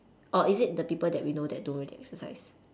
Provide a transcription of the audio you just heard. or is it the people that we know that don't really exercise